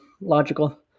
logical